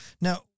Now